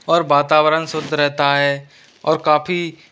और वातावरण शुद्ध रहता है और काफ़ी